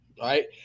right